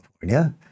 California